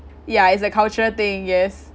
ya it's a cultural thing yes